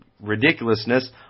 ridiculousness